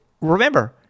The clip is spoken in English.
remember